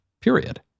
Period